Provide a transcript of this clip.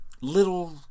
little